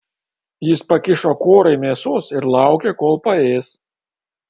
jis pakišo korai mėsos ir laukė kol paės